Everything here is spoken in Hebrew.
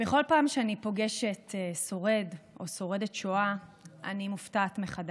בכל פעם שאני פוגשת שורד או שורדת שואה אני מופתעת מחדש.